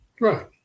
Right